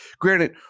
Granted